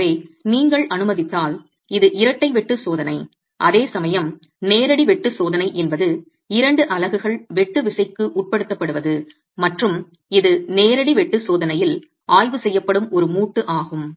எனவே நீங்கள் அனுமதித்தால் இது இரட்டை வெட்டு சோதனை அதேசமயம் நேரடி வெட்டு சோதனை என்பது 2 அலகுகள் வெட்டு விசைக்கு உட்படுத்தப்படுவது மற்றும் இது நேரடி வெட்டு சோதனையில் ஆய்வு செய்யப்படும் ஒரு மூட்டு ஆகும்